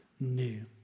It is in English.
new